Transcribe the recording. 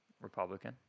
Republican